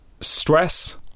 stress